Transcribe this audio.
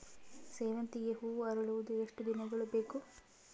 ಸೇವಂತಿಗೆ ಹೂವು ಅರಳುವುದು ಎಷ್ಟು ದಿನಗಳು ಬೇಕು?